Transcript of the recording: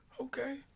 Okay